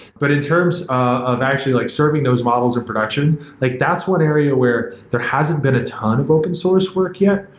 but in terms of actually like serving those models in production, like that's one area where there hasn't been a ton of open source work yet,